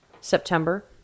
September